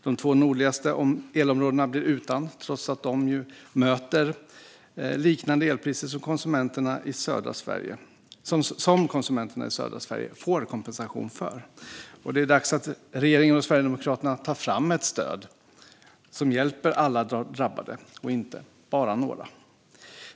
De två nordligaste elområdena blir utan, trots att de ju möter liknande elpriser som konsumenterna i södra Sverige får kompensation för. Det är dags att regeringen och Sverigedemokraterna tar fram ett stöd som hjälper alla drabbade och inte bara några.